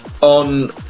on